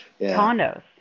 Condos